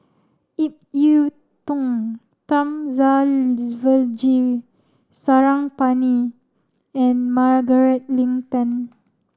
Ip Yiu Tung Thamizhavel G Sarangapani and Margaret Leng Tan